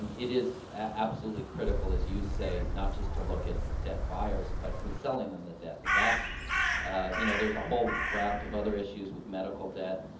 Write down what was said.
um it is absolutely critical, as you say, not just to look at debt buyers but who's selling them the debt. the vast, ah you know, there's a whole raft of other issues, with medical debt,